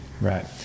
right